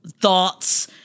thoughts